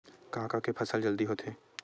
का का के फसल जल्दी हो जाथे?